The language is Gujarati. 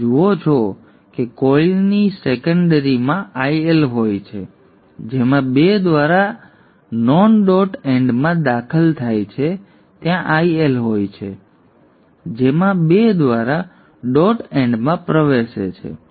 તેથી તમે જુઓ છો કે કોઇલની સેકન્ડરીમાં IL હોય છે જેમાં 2 દ્વારા નોન ડોટ એન્ડમાં દાખલ થાય છે ત્યાં IL હોય છે જેમાં 2 દ્વારા ડોટ એન્ડમાં પ્રવેશે છે